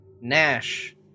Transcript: Nash